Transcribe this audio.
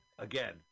Again